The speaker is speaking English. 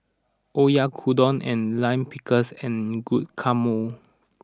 Oyakodon and Lime Pickles and Guacamole